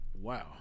Wow